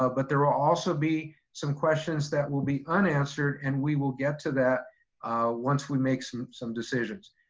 ah but there will also be some questions that will be unanswered and we will get to that once we make some some decisions.